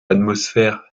atmosphère